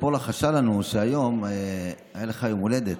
ציפור לחשה לנו שהיום היה לך יום הולדת.